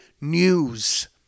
news